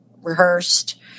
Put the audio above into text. rehearsed